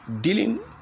dealing